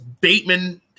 Bateman